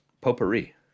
potpourri